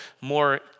more